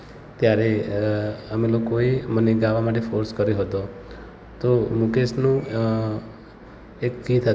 ત્યારે અમે લોકોએ મને ગાવા માટે ફોર્સ કર્યો હતો તો મુકેશનું એક ગીત હતું